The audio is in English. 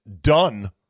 done